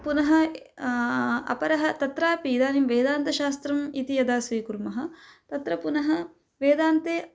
पुनः अपरः तत्रापि इदानीं वेदान्तशास्त्रम् इति यदा स्वीकुर्मः तत्र पुनः वेदान्ते